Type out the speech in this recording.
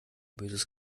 böses